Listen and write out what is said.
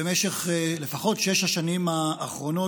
במשך לפחות שש השנים האחרונות,